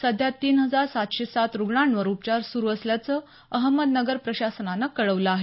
सध्या तीन हजार सातशे सात रुग्णांवर उपचार सुरू असल्याचं अहमदनगर प्रशासनानं कळवलं आहे